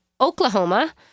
Oklahoma